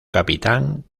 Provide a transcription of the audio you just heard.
capitán